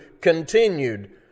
continued